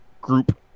group